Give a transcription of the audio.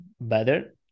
better